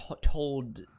told